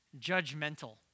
judgmental